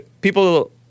People